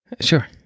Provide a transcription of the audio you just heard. sure